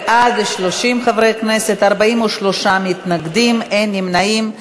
בעד, 30 חברי כנסת, 43 מתנגדים, אין נמנעים.